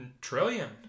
Trillion